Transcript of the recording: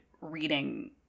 reading